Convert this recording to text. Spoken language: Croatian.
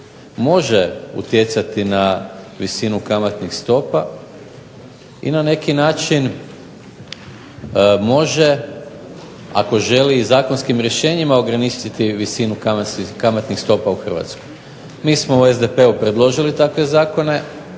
može utjecati na visinu kamatnih stopa i na neki način može ako želi zakonskim rješenjima ograničiti visinu kamatnih stopa u Hrvatskoj. Mi smo u SDP-u predložili takve zakone,